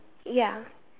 ya